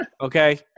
Okay